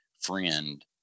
friend